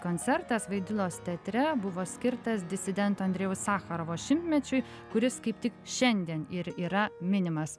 koncertas vaidilos teatre buvo skirtas disidento andrejaus sacharovo šimtmečiui kuris kaip tik šiandien ir yra minimas